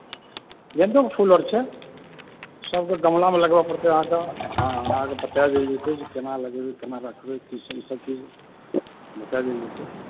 गेंदोक फूलअर छै सभकें गमलामे लगबय पड़तय अहाँके अहाँकें बता देल जेतय जे केना लगेबय केना राखबय ईसभ चीज बता देल जेतय